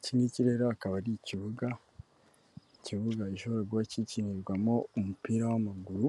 Iki ngiki rero akaba ari ikibuga ikibuga gishobora kikinirwamo umupira w'amaguru